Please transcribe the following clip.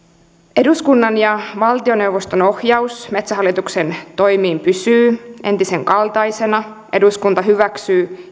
eduskunnan ja valtioneuvoston ohjaus metsähallituksen toimiin pysyy entisen kaltaisena eduskunta hyväksyy